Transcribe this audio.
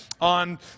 on